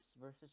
versus